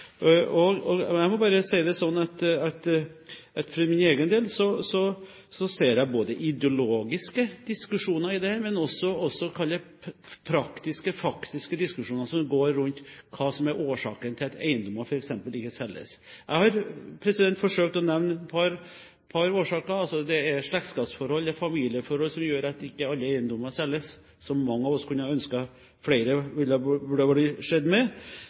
denne saken. Jeg må bare si det slik at for min egen del ser jeg ideologiske diskusjoner i dette, men også praktiske, faktiske diskusjoner som f.eks. går rundt hva som er årsaken til at eiendommer ikke selges. Jeg har forsøkt å nevne et par årsaker – det er slektskapsforhold og familieforhold som gjør at ikke alle eiendommer selges, som mange av oss kunne ønske ville